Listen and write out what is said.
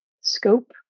scope